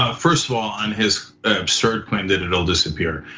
ah first of all, on his absurd claim that it'll disappear.